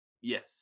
Yes